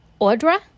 Audra